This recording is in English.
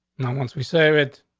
no, once we save it,